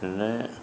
പിന്നെ